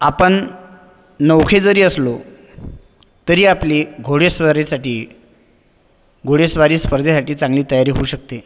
आपण नवखे जरी असलो तरी आपली घोडेस्वारीसाठी घोडेस्वारी स्पर्धेसाठी चांगली तयारी होऊ शकते